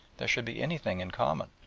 there should be anything in common.